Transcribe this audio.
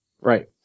right